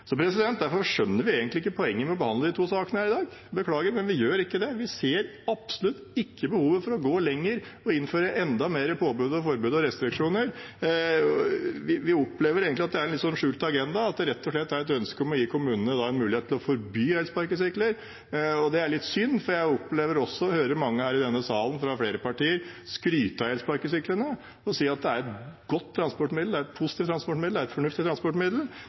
Derfor skjønner vi egentlig ikke poenget med å behandle de to sakene her i dag – beklager, men vi gjør ikke det. Vi ser absolutt ikke behovet for å gå lenger og innføre enda flere påbud, forbud og restriksjoner. Vi opplever at det egentlig er en skjult agenda, at det rett og slett er et ønske om å gi kommunene mulighet til å forby elsparkesykler. Det er litt synd, for jeg opplever også å høre mange her i denne salen fra flere partier skryte av elsparkesyklene og si at det er et godt transportmiddel, det er et positivt transportmiddel, det er et fornuftig transportmiddel.